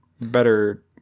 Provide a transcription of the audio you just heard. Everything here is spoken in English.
better